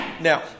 Now